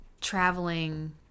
traveling